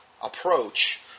approach